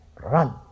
run